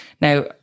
Now